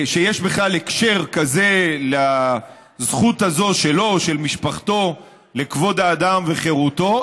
שיש בכלל הקשר כזה לזכות הזאת שלו או של משפחתו לכבוד האדם וחירותו,